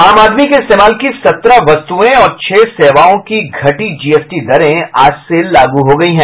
आम आदमी के इस्तेमाल की सत्रह वस्तुयें और छह सेवाओं की घटी जीएसटी दरें आज से लागू हो गयी हैं